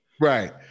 right